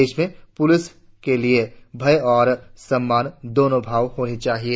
देश में पुलिस के लिए भय और सम्मान दोनों भाव होने चाहिए